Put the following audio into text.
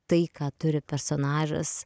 tai ką turi personažas